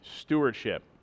stewardship